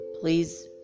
please